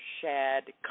Shad